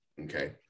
Okay